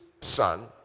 son